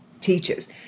teaches